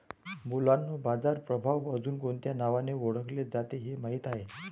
मुलांनो बाजार प्रभाव अजुन कोणत्या नावाने ओढकले जाते हे माहित आहे?